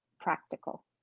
practical